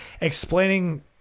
explaining